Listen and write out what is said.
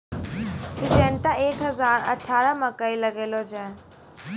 Syngenta एक हजार अठारह मकई लगैलो जाय?